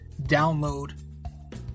download